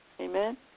Amen